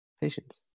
Patience